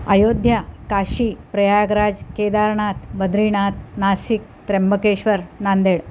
Ayodhya Kashi Prayagraj Kedarnath Badrinath Nashik Trimbakeshwar Nanded